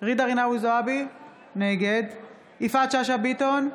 ג'ידא רינאוי זועבי, נגד יפעת שאשא ביטון,